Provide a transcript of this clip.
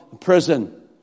prison